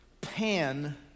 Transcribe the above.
Pan